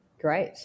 Great